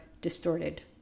distorted